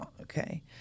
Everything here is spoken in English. Okay